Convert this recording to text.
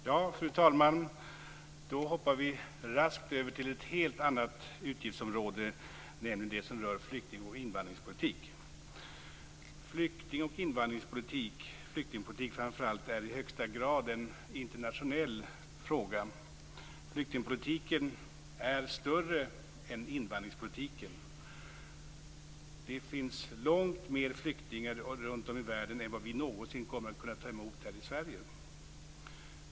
Fru talman! Då hoppar vi raskt över till ett helt annat utgiftsområde, nämligen det som rör flyktingoch invandringspolitik. Flykting och invandringspolitik - framför allt flyktingpolitik - är i högsta grad en internationell fråga. Flyktingpolitiken är större än invandringspolitiken. Det finns långt fler flyktingar runt om i världen än vad vi någonsin kommer att kunna ta emot här i Sverige.